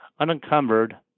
unencumbered